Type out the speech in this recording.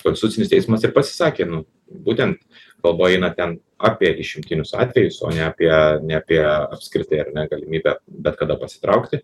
konstitucinis teismas ir pasisakė nu būtent kalba eina ten apie išimtinius atvejus o ne apie ne apie apskritai ar ne galimybę bet kada pasitraukti